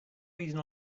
reason